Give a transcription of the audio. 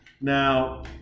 now